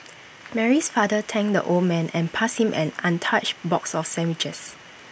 Mary's father thanked the old man and passed him an untouched box of sandwiches